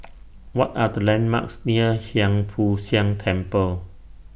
What Are The landmarks near Hiang Foo Siang Temple